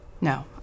No